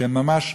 שהם ממש,